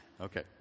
Okay